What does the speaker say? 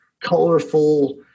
colorful